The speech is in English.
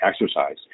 exercise